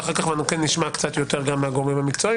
ואחר כך אנחנו כן נשמע קצת יותר מהגורמים המקצועיים,